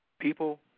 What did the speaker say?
People